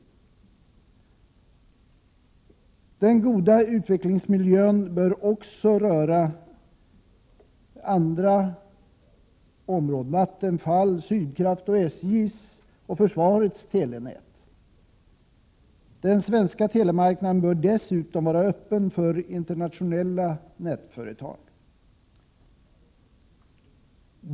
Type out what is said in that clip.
Den goda utvecklingsmiljön bör också röra andra områden, Vattenfalls, Sydkrafts, SJ:s och försvarets telenät. Den svenska telemarknaden bör dessutom vara öppen för internationella nätföretag.